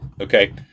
okay